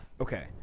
Okay